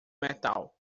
metal